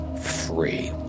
free